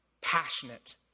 passionate